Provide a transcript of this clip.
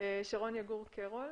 יגור קרול,